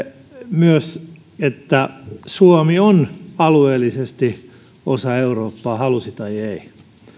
myös että suomi on alueellisesti osa eurooppaa halusi tai ei